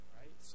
right